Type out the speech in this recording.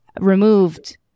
removed